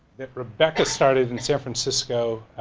that rebecca started in san francisco.